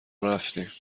رفتیم